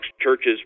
churches